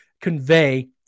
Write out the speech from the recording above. convey